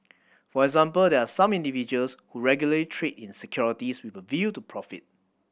for example there are some individuals who regularly trade in securities with a view to profit